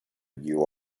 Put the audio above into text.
you